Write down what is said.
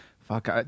fuck